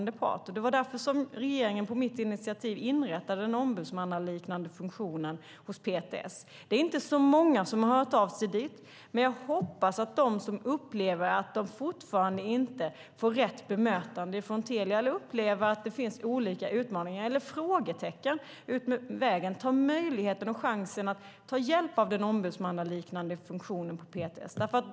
Det var därför jag tog initiativ till den av regeringen inrättade ombudsmannaliknande funktionen hos PTS. Det är inte så många som har hört av sig dit, men jag hoppas att de som upplever att de fortfarande inte får rätt bemötande från Telia eller upplever att det finns olika utmaningar eller frågetecken utmed vägen tar chansen att ta hjälp av denna ombudsmannaliknande funktion på PTS.